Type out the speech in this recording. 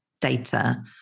data